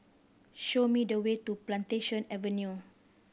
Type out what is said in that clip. show me the way to Plantation Avenue